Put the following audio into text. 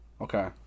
Okay